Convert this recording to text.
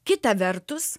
kita vertus